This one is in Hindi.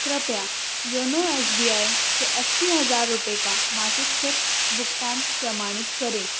कृपया योनो एस बी आई से अस्सी हज़ार रुपये का मासिक सिप भुगतान प्रमाणित करे